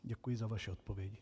Děkuji za vaši odpověď.